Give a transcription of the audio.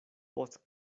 post